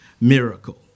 Miracle